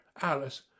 Alice